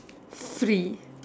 free